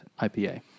IPA